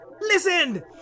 Listen